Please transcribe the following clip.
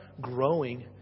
growing